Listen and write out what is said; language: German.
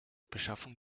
beschaffung